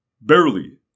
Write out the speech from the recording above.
Barely